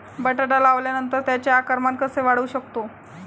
बटाटा लावल्यानंतर त्याचे आकारमान कसे वाढवू शकतो?